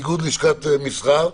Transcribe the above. איגוד לשכות המסחר,